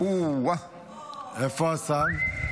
איפה השר?